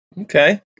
Okay